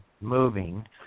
moving